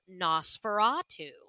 Nosferatu